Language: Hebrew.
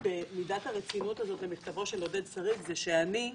במידת הרצינות הזאת למכתבו של עודד שריג היא שאני,